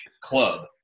club